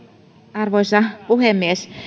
arvoisa puhemies